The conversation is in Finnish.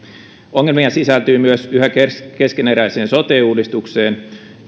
ongelmia sisältyy myös yhä keskeneräiseen sote uudistukseen